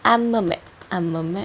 I'm a map I'm a map